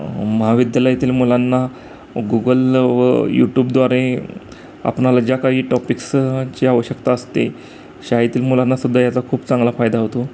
महाविद्यालयातील मुलांना गुगल व यूट्यूबद्वारे आपणाला ज्या काही टॉपिक्सची आवश्यकता असते शाळेतील मुलांनासुद्धा याचा खूप चांगला फायदा होतो